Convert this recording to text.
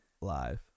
Live